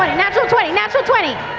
um natural twenty, natural twenty,